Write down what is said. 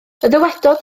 ddywedodd